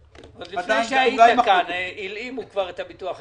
לפני שהית פה הלאימו את הביטוח הלאומי,